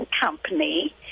company